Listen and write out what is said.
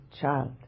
child